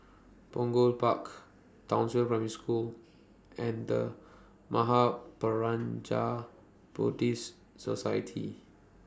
Punggol Park Townsville Primary School and The Mahaprajna Buddhist Society